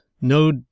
No